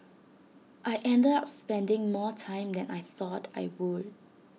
I ended up spending more time than I thought I would